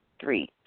Three